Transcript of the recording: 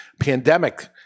pandemic